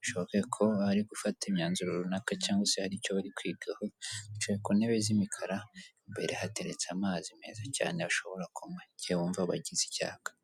bishoboke ko bari gufata imyanzuro runaka cyangwa se hari icyo bari kwigahocaye ku ntebe z'imikara imbere hateretse amazi meza cyane ashobora kumpa igihe wumva bagize icyayaka.